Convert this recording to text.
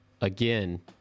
again